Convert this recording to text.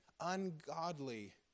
ungodly